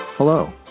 Hello